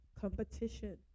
competition